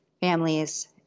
families